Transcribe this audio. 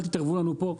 אל תתערבו לנו פה.